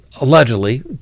allegedly